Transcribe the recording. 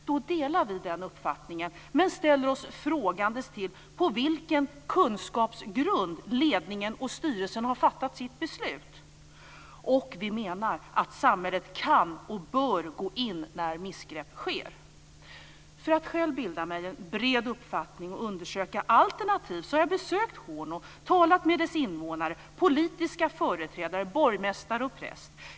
Vi delar den uppfattningen, men vi ställer oss frågande till på vilken kunskapsgrund som ledningen och styrelsen har fattat sitt beslut. Samhället kan och bör gå in när missgrepp sker. För att själv bilda mig en bred uppfattning och undersöka alternativ har jag besökt Horno, talat med dess invånare, politiska företrädare, borgmästare och präst.